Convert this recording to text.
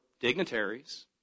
dignitaries